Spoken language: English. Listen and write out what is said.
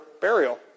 burial